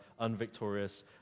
unvictorious